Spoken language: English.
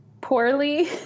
poorly